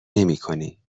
نمیکنی